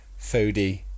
foodie